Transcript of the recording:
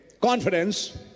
confidence